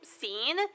scene